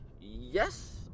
yes